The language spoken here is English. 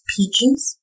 Peaches